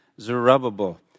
Zerubbabel